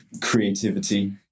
creativity